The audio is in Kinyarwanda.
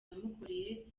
yamukoreye